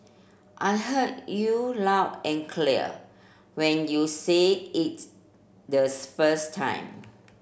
I heard you loud and clear when you said it first time